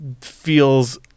feels